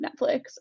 Netflix